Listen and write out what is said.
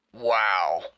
wow